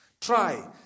Try